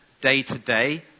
day-to-day